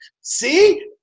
see